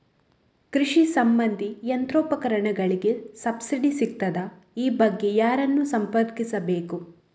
ಕೃಷಿ ಸಂಬಂಧಿ ಯಂತ್ರೋಪಕರಣಗಳಿಗೆ ಸಬ್ಸಿಡಿ ಸಿಗುತ್ತದಾ? ಈ ಬಗ್ಗೆ ಯಾರನ್ನು ಸಂಪರ್ಕಿಸಬೇಕು?